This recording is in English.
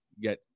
get